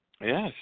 Yes